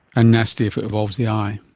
and nasty if it involves the eye.